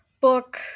book